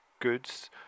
goods